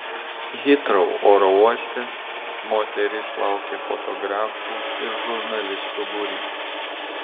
hitrou oro uoste moteris laukė fotografų ir žurnalistų būrys